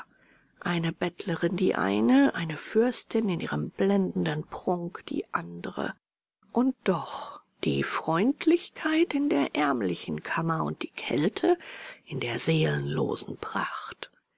eine bettlerin die eine eine fürstin in ihrem blendenden prunk die andere und doch die freundlichkeit in der ärmlichen kammer und die kälte in der seelenlosen pracht